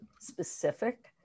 specific